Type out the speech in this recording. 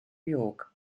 york